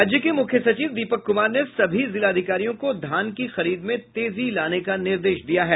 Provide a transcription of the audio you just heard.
राज्य के मुख्य सचिव दीपक कुमार ने सभी जिलाधिकारियों को धान की खरीद में तेजी लाने का निर्देश दिया है